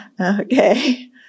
Okay